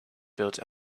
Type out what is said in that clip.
built